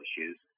issues